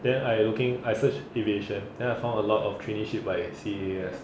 then I looking I search aviation then I found a lot of traineeship by C_A_S